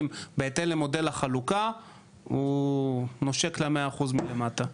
בהתאם למודל החלוקה נושק ל-100% מלמטה.